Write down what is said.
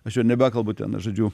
aš jau nebekalbu ten žodžiu